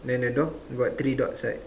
then the door got three dots right